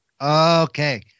Okay